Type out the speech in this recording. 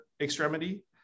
extremity